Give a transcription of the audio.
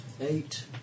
Eight